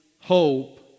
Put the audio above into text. hope